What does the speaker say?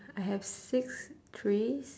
I have six trees